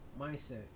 mindset